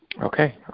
Okay